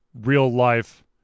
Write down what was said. real-life